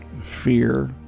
fear